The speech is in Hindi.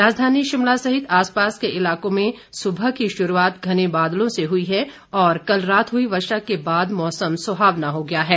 राजधानी शिमला सहित आसपास के इलाकों में सुबह की शुरूआत घने बादलों से हुई है और कल रात हुई वर्षा के बाद मौसम सुहावना हो गया है